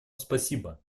спасибо